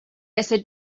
este